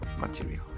material